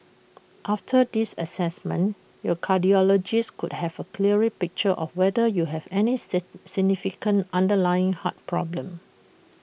after this Assessment your cardiologist could have A clearer picture of whether you have any say significant underlying heart problem